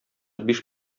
биш